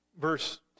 Verse